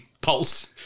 pulse